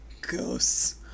ghosts